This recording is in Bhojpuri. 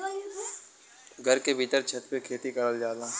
घर के भीत्तर छत पे खेती करल जाला